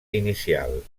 inicial